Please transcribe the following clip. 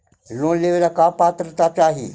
Loan लेवेला का पात्रता चाही?